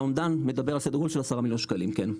האומדן מדבר על סדר גודל של 10 מיליון שקלים כן.